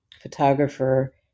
photographer